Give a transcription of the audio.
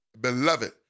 Beloved